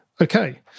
Okay